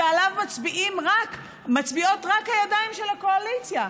שעליו מצביעות רק הידיים של הקואליציה,